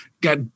got